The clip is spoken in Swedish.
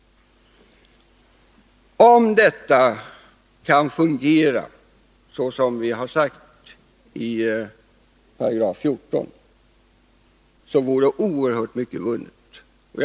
Oerhört mycket vore vunnet om saker och ting kunde fungera som vi har sagt i 14§.